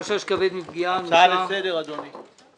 הצעה לסדר, אדוני.